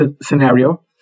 scenario